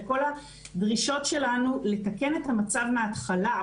לכל הדרישות שלנו לתקן את המצב מהתחלה,